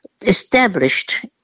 established